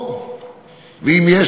אם יש,